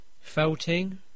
Felting